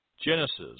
Genesis